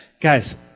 guys